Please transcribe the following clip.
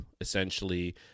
essentially